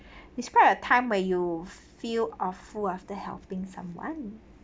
describe a time where you feel awful after helping someone